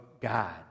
God